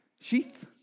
Sheath